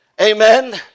Amen